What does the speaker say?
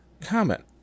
comment